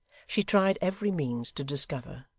she tried every means to discover,